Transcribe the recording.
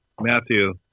Matthew